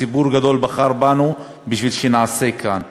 ציבור גדול בחר בנו כדי שנעשה כאן ונעבוד,